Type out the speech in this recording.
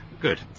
good